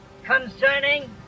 concerning